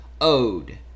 owed